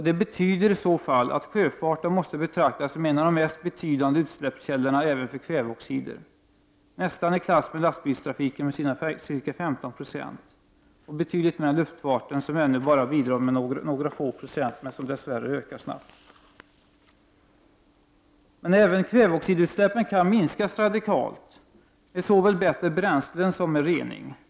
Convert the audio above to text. Det betyder i så fall att sjöfarten måste betraktas som en av de mest betydande utsläppskällorna även för kväveoxider, nästan i klass med lastbilstrafiken med sina ca 15 90 och betydligt mer än luftfarten som ännu bara bidrar med några få procent, en mängd som dess värre ökar mycket snabbt. Men även kväveoxidutsläppen kan minskas radikalt med bättre bränslen och med rening.